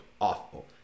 awful